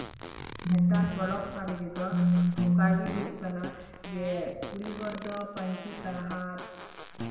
ᱱᱮᱛᱟᱨ ᱯᱚᱨᱚᱵ ᱯᱟᱞᱤ ᱨᱮᱫᱚ ᱱᱚᱝᱠᱟ ᱜᱮ ᱦᱩᱭᱩᱜ ᱠᱟᱱᱟ ᱡᱮ ᱠᱩᱲᱤ ᱦᱚᱲ ᱫᱚ ᱯᱟᱧᱪᱤ ᱯᱟᱲᱦᱟᱴ